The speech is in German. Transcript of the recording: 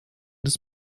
des